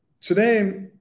today